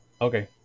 Okay